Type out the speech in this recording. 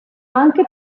anche